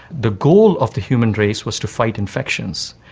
the goal of the human race was to fight infections,